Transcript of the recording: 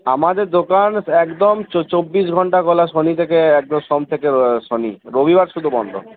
আমাদের দোকান একদম চব্বিশ ঘন্টা খোলা শনি থেকে একদম সোম থেকে শনি রবিবার শুধু বন্ধ